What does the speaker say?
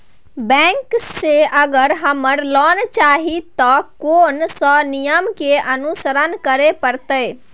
Bank से अगर हमरा लोन चाही ते कोन सब नियम के अनुसरण करे परतै?